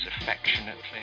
affectionately